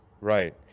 Right